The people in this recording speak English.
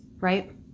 right